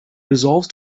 resolves